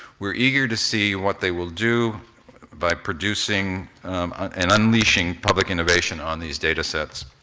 we're eager to see what they will do by producing and unleashing public innovation on these datasets.